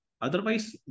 Otherwise